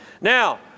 Now